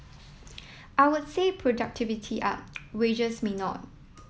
I would say productivity up wages may not